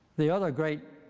the other great,